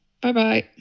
Bye-bye